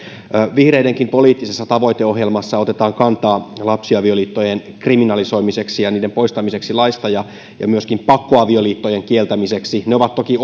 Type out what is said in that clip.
vihreidenkin poliittisessa tavoiteohjelmassa otetaan kantaa lapsiavioliittojen kriminalisoimiseksi ja niiden poistamiseksi laista ja ja myöskin pakkoavioliittojen kieltämiseksi ne ovat toki